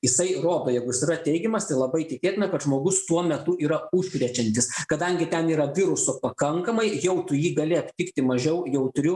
jisai rodo jeigu jis yra teigiamas tai labai tikėtina kad žmogus tuo metu yra užkrečiantis kadangi ten yra viruso pakankamai jau tu jį gali aptikti mažiau jautriu